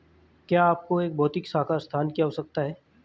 क्या आपको एक भौतिक शाखा स्थान की आवश्यकता है?